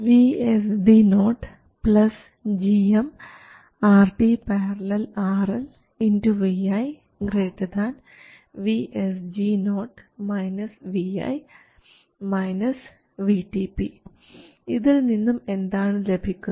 VSD0 gm RD ║ RL vi VSG0 vi VTP ഇതിൽ നിന്നും എന്താണ് ലഭിക്കുന്നത്